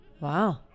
Wow